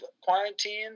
quarantine